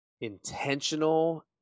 intentional